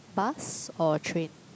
bus or train